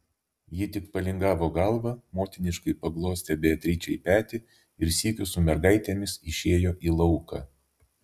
ji tik palingavo galvą motiniškai paglostė beatričei petį ir sykiu su mergaitėmis išėjo į lauką